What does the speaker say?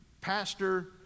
pastor